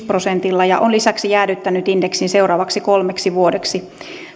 prosentilla ja on lisäksi jäädyttänyt indeksin seuraavaksi kolmeksi vuodeksi